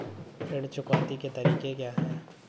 ऋण चुकौती के तरीके क्या हैं?